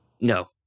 No